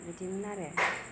बिदिमोन आरो